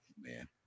Man